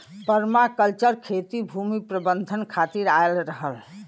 permaculture खेती भूमि प्रबंधन खातिर आयल रहल